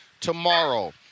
Tomorrow